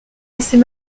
assez